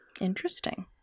Interesting